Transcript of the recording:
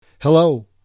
Hello